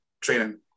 training